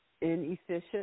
inefficient